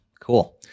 cool